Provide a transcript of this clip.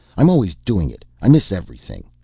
i'm always doing it i miss everything!